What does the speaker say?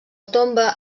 tomba